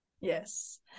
Yes